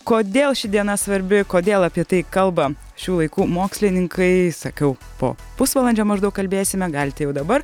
kodėl ši diena svarbi kodėl apie tai kalba šių laikų mokslininkai sakiau po pusvalandžio maždaug kalbėsime galite jau dabar